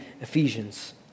Ephesians